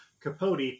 Capote